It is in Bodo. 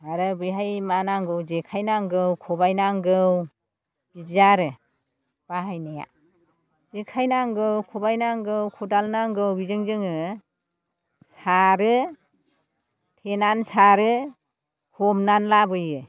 आरो बेहाय मा नांगौ जेखाइ नांगौ खबाइ नांगौ बिदि आरो बाहायनाया जेखाइ नांगौ खबाइ नांगौ खदाल नांगौ बेजों जोङो सारो थेनानै सारो हमनानै लाबोयो